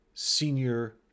Senior